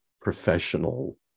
professional